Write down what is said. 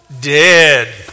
Dead